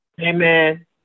Amen